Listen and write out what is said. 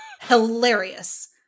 hilarious